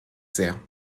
sehr